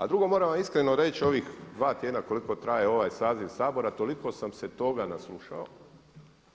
A drugo, moramo vam iskreno reći u ovih dva tjedna koliko traje ovaj saziv Sabora toliko sam se toga naslušao